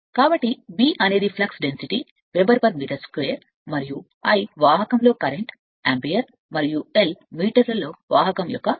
కాబట్టి B అనేది metre 2 flux density weber మరియు వాహకంలో కరెంట్ యాంపియర్ అని మరియు l మీటర్లో వాహకం యొక్క పొడవు